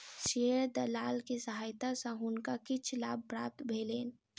share दलाल के सहायता सॅ हुनका किछ लाभ प्राप्त भेलैन